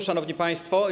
Szanowni Państwo!